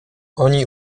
oni